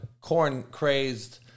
corn-crazed